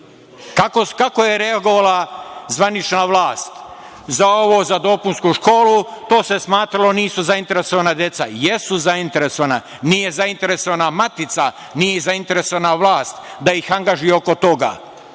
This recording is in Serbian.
Kako je reagovala zvanična vlast, za ovo, za dopunsku školu, to se smatralo, nisu zainteresovana deca. Jesu zainteresovana, matica nije zainteresovana matica, nije zainteresovana vlast da ih angažuje oko toga. Nisu